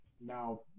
now